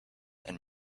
and